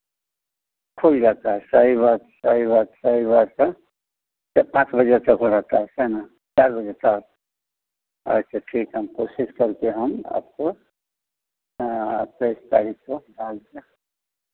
खुल जाता है सही बात सही बात सही बात है चर पाँच बजे तक वो रहता है है ना चार बजे तक अच्छा ठीक है हम कोशिश करके हम आपको तेइस तारीख को आ के